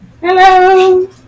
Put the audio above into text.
Hello